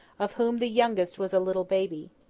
of whom the youngest was a little baby.